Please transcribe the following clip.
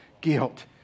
guilt